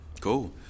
Cool